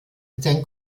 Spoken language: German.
sein